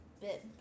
bit